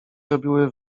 robiły